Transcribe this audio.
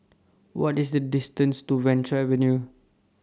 What IS The distances to Venture Avenue